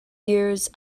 years